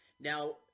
Now